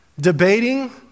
debating